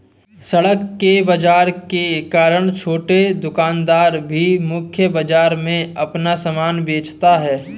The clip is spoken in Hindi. सड़क के बाजार के कारण छोटे दुकानदार भी मुख्य बाजार में अपना सामान बेचता है